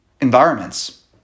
environments